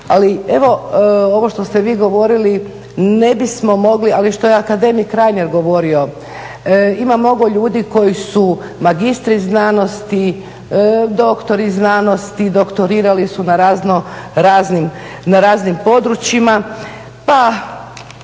ali evo, ovo što ste vi govorili ne bismo mogli, ali što je i akademik Reiner govorio, ima mnogo ljudi koji su magistri znanosti, doktori znanosti, doktorirali su na razno raznim, na